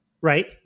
right